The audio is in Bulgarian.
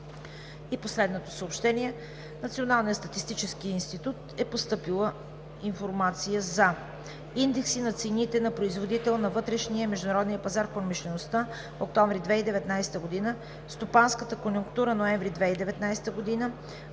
Последно съобщение: От Националния статистически институт е постъпила информация за: - индекси на цените на производител на вътрешния и международния пазар в промишлеността през октомври 2019 г.; стопанската конюнктура през ноември 2019 г.;